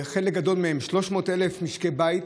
חלק גדול מהם, 300,000 משקי בית,